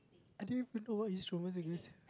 I didn't even know what instruments they gonna